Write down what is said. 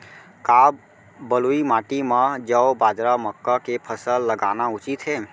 का बलुई माटी म जौ, बाजरा, मक्का के फसल लगाना उचित हे?